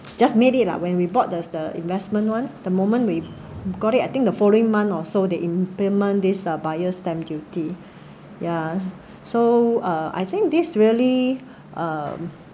just made it lah when we bought the the investment one the moment we got it I think the following month or so they implement this ah buyer's stamp duty ya so uh I think this really um